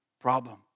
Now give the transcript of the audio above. problem